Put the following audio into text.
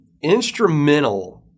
instrumental –